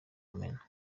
mumena